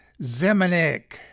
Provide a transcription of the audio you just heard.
Zemanek